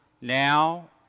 now